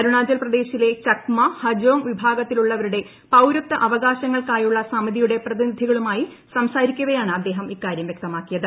അരുണാചൽ പ്രദേശിലെ ചക്മ ഹജോങ് വിഭാഗത്തിലുള്ളവരുടെ പൌരത്വ അവകാശങ്ങൾ ക്കായുള്ള സമിതിയുടെ പ്രതിനിധികളുമായി സംസാരിക്കവെയാണ് അദ്ദേഹം ഇക്കാര്യം വ്യക്തമാക്കിയത്